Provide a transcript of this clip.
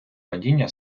падіння